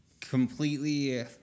completely